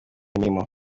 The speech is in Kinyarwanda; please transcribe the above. imirimo